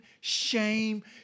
shame